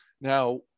Now